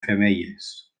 femelles